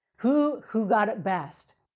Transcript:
who who got it best?